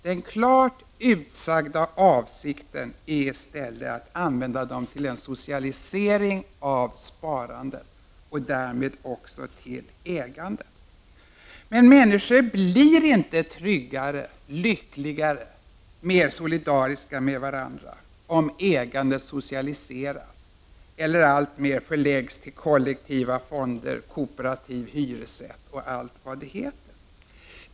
Den klart utsagda avsikten är i stället att utnyttja dessa effekter till en socialisering av sparandet, och därmed också av ägandet. Människor blir inte tryggare, lyckligare och mer solidariska mot varandra, om ägandet socialiseras eller alltmer förläggs till kollektiva fonder, kooperativ hyresrätt och allt vad det heter.